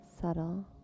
subtle